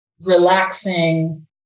relaxing